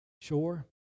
sure